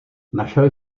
našel